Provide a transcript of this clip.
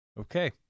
Okay